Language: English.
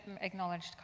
acknowledged